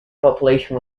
population